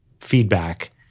feedback